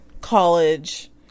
college